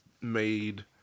made